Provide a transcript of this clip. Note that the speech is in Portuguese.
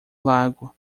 lago